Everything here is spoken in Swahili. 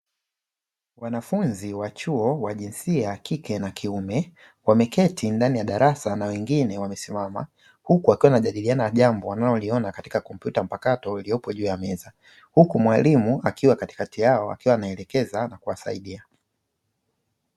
Wanafunzi wa chuo wa jinsia ya kike na kiume, wameketi ndani ya darasa na wengine wamesimama, huku wakiwa wanajadiliana jambo wanaloliona katika kompyuta mpakato iliyopo juu ya meza, huku mwalimu akiwa katikati yao akiwa anaelekeza na kuwasaidia.